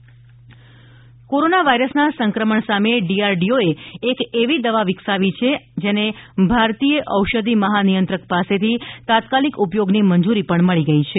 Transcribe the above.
DRDO દવા corona વાયરસના સંક્રમણ સામે ડીઆરડીઓ એ એક એવી દવા વિકસાવી છે જેને ભારતીય ઔષધિ મહાનિયંત્રક પાસેથી તાત્કાલિક ઉપયોગની મંજૂરી પણ મળી ગઇ છે